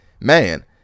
man